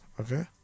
okay